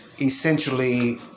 essentially